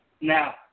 now